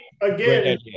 Again